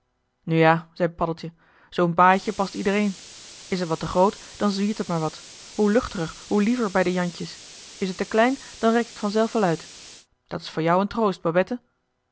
ja zei paddeltje zoo'n baaitje past iedereen is het wat te groot dan zwiert het maar wat hoe luchter hoe liever bij de jantjes is het te klein dan rekt het van zelf wel uit dat is voor jou een troost babette